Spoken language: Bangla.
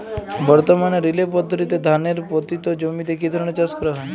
বর্তমানে রিলে পদ্ধতিতে ধানের পতিত জমিতে কী ধরনের চাষ করা হয়?